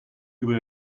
über